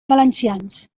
valencians